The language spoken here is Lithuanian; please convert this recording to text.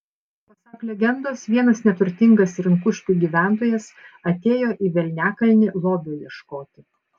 pasak legendos vienas neturtingas rinkuškių gyventojas atėjo į velniakalnį lobio ieškoti